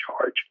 charge